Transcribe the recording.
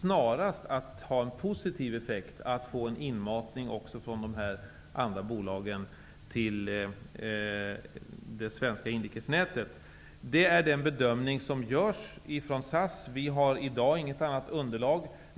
snarare att ha en positiv effekt att få en inmatning från de andra bolagen till det svenska inrikesnätet. Det är den bedömning som görs av SAS. Vi har i dag inget annat underlag.